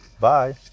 bye